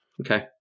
Okay